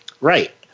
Right